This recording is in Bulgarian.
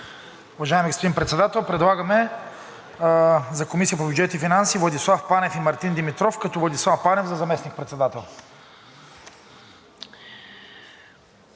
Уважаеми господин Председател, предлагаме за Комисията по бюджет и финанси Владислав Панев и Мартин Димитров, като Владислав Панев за заместник-председател.